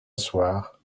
soir